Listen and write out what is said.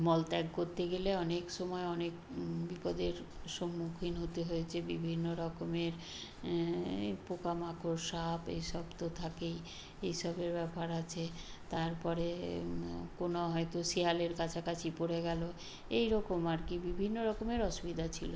মল ত্যাগ করতে গেলে অনেক সময় অনেক বিপদের সম্মুখীন হতে হয়েছে বিভিন্ন রকমের পোকা মাকড় সাপ এসব তো থাকেই এই সবের ব্যাপার আছে তারপরে কোনো হয়তো শেয়ালের কাছাকাছি পড়ে গেলো এই রকম আর কী বিভিন্ন রকমের অসুবিধা ছিলো